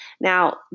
Now